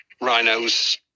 Rhinos